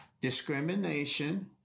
discrimination